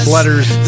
Letters